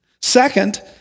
Second